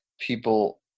people